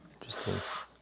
Interesting